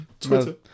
Twitter